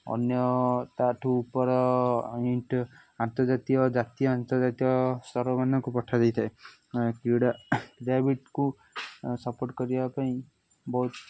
ଅନ୍ୟ ତା'ଠୁ ଉପର ଇଣ୍ଟ ଆନ୍ତର୍ଜାତୀୟ ଜାତୀୟ ଆନ୍ତର୍ଜାତୀୟ ସ୍ତର ମାନଙ୍କୁ ପଠା ଯାଇଥାଏ କ୍ରୀଡ଼ା କ୍ରୀଡ଼ାବିତକୁ ସପୋର୍ଟ କରିବା ପାଇଁ ବହୁତ